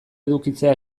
edukitzea